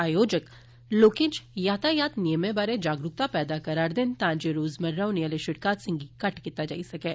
आयोजक लोकें इच यातायात नियमें बारै जागरूकता पैदा करा'रदे न तां जे रोज मर्रा होने आले शिड़क हादसें गी घट्ट कीता जाई सकै